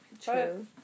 True